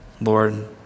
Lord